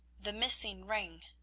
the missing ring.